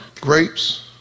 grapes